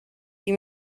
die